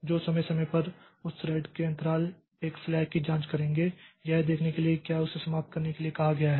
तो समय समय पर उस थ्रेड के अंतराल एक फ्लैग की जांच करेंगे यह देखने के लिए कि क्या इसे समाप्त करने के लिए कहा गया है